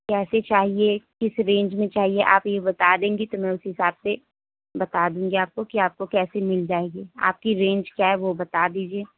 کیسے چاہیے کس رینج میں چاہیے آپ یہ بتا دیں گی تو میں اسی حساب سے بتا دوں گی آپ کو کہ آپ کو کیسی مل جائے گی آپ کی رینج کیا ہے وہ بتا دیجیے